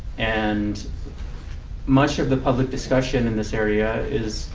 and much of the public discussion in this area is